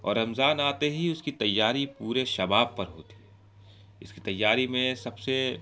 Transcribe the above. اور رمضان آتے ہی اس کی تیاری پورے شباب پر ہوتی ہے اس کی تیاری میں سب سے